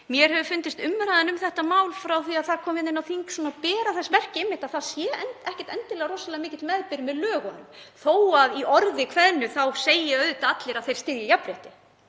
Mér hefur fundist umræðan um þetta mál frá því að það kom inn á þing bera þess merki að ekki sé endilega rosalega mikill meðbyr með lögunum þó að í orði kveðnu segi auðvitað allir að þeir styðji jafnrétti.